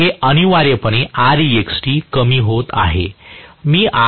तर हे अनिवार्यपणे Rextकमी होत आहेत